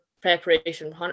preparation